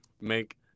make